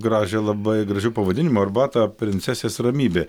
gražią labai gražiu pavadinimu arbatą princesės ramybė